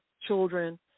children